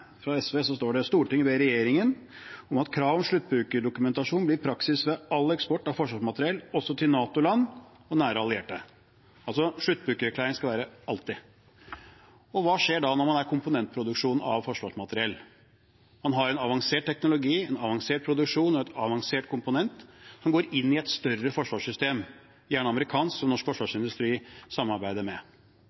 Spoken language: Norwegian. SV, står det: «Stortinget ber regjeringen om at krav om sluttbrukerdokumentasjon blir praksis ved all eksport av forsvarsmateriell, også til NATO-land og nære allierte.» Altså, sluttbrukererklæring skal det alltid være. Hva skjer da når man har komponentproduksjon av forsvarsmateriell? Man har en avansert teknologi, en avansert produksjon og en avansert komponent som går inn i et større forsvarssystem, gjerne amerikansk, som norsk forsvarsindustri samarbeider med.